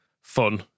fun